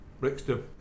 Brixton